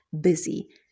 busy